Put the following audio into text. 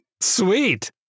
sweet